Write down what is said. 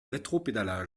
rétropédalages